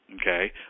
okay